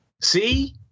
See